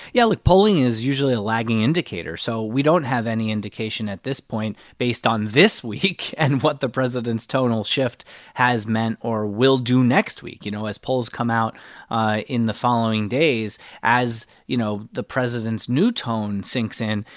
yeah, look polling is usually a lagging indicator, so we don't have any indication at this point based on this week and what the president's tonal shift has meant or will do next week. you know, as polls come out in the following days as, you know, the president's new tone sinks in,